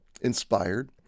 inspired